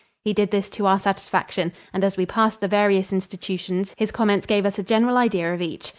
he did this to our satisfaction, and as we passed the various institutions his comments gave us a general idea of each.